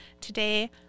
Today